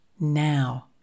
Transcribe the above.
now